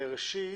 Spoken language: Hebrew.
ראשית,